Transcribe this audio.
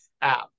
app